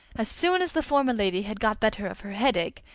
as soon as the former lady had got better of her headache,